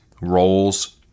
roles